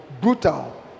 brutal